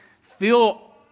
feel